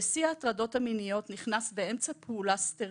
בשיא ההטרדות המיניות הוא נכנס באמצע פעולה סטרילית,